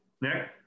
Nick